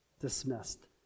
dismissed